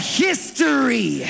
history